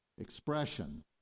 expression